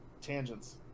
tangents